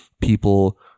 people